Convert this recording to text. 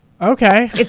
Okay